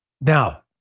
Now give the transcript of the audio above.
Now